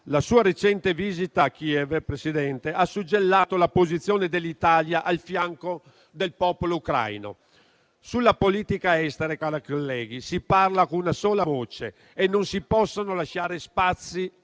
La sua recente visita a Kiev, Presidente, ha suggellato la posizione dell'Italia a fianco del popolo ucraino. Sulla politica estera, cari colleghi, si parla con una sola voce e non si possono lasciare spazi